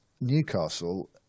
Newcastle